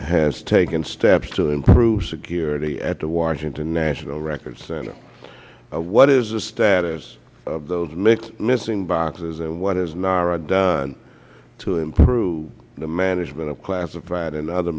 has taken steps to improve security at the washington national records center what is the status of those missing boxes and what has nara done to improve the management of classified and other